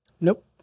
Nope